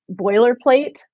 boilerplate